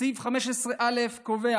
בסעיף 15א קובע